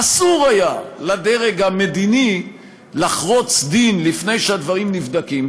אסור היה לדרג המדיני לחרוץ דין לפני שהדברים נבדקים,